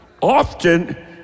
Often